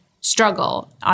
struggle